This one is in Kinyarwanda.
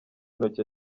intoki